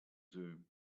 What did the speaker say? zoom